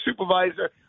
supervisor